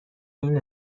این